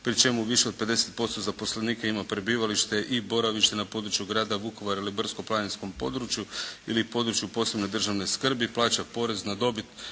pri čemu više od 50% zaposlenika ima prebivalište i boravište na području grada Vukovara ili brdsko-planinskom području ili područja posebne državne skrbi, plaća porez na dobit